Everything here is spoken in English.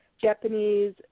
Japanese